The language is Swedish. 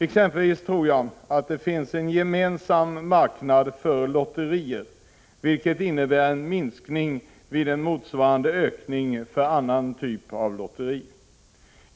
Exempelvis tror jag att det finns en gemensam marknad för lotterier, vilket innebär en minskning för lotterier av en typ vid en motsvarande ökning för annan typ av lotteri.